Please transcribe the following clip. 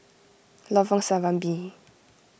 Lorong Serambi